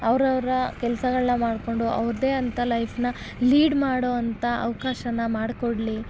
ಅವ್ರವರ ಕೆಲಸಗಳ್ನ ಮಾಡಿಕೊಂಡು ಅವ್ರದ್ದೆ ಅಂಥ ಲೈಫನ್ನ ಲೀಡ್ ಮಾಡೋ ಅಂಥ ಅವ್ಕಾಶ ಮಾಡಿಕೊಡ್ಲಿ